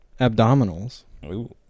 Abdominals